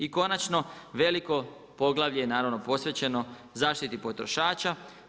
I konačno, veliko poglavlje naravno je posvećeno zaštiti potrošača.